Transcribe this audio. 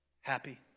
happy